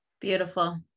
beautiful